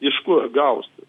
iš kur gaus